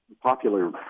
popular